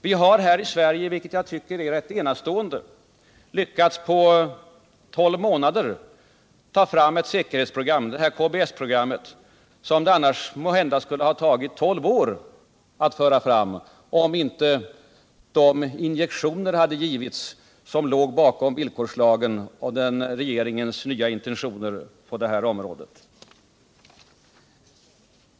Vi har här i Sverige, vilket jag tycker är rätt enastående, på tolv månader lyckats ta fram ett säkerhetsprogram — KBS programmet — som det måhända skulle ha tagit tolv år att ta fram om inte de injektioner hade givits som låg bakom villkorslagen och regeringens nya intentioner på detta område.